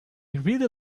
really